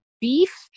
beef